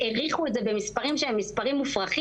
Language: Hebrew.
העריכו את זה במספרים מופרכים,